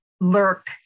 lurk